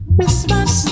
Christmas